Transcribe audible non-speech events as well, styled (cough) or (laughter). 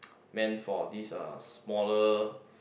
(noise) meant for this uh smaller